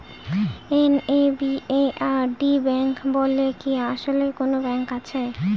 NABARD bank বলে কি আসলেই কোনো ব্যাংক আছে?